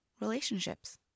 relationships